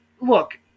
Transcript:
look